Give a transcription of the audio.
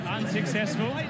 unsuccessful